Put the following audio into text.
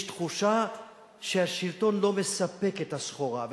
יש תחושה שהשלטון לא מספק את הסחורה.